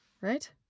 right